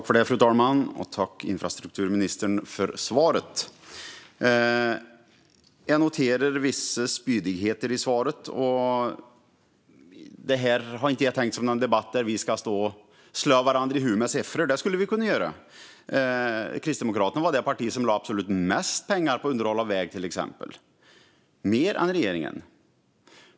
Fru talman! Tack, infrastrukturministern, för svaret! Jag noterar vissa spydigheter i svaret. Jag har inte tänkt det här som en debatt där vi ska stå och slå varandra i huvudet med siffror. Det skulle vi kunna göra - till exempel var Kristdemokraterna det parti som lade absolut mest pengar på underhåll av väg. Vi lade mer än regeringen.